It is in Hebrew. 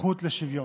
הזכות לשוויון).